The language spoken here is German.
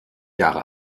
jahre